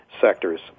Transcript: sectors